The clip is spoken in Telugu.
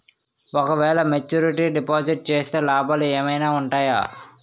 ఓ క వేల మెచ్యూరిటీ డిపాజిట్ చేస్తే లాభాలు ఏమైనా ఉంటాయా?